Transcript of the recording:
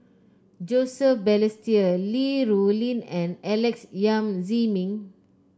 Joseph Balestier Li Rulin and Alex Yam Ziming